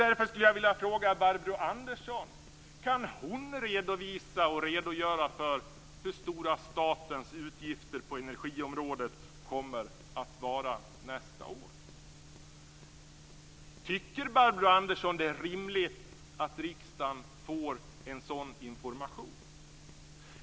Därför skulle jag vilja fråga Barbro Andersson om hon kan redovisa och redogöra för hur stora statens utgifter på energiområdet kommer att vara nästa år. Tycker Barbro Andersson att det är rimligt att riksdagen får en sådan information?